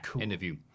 interview